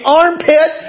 armpit